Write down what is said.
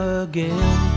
again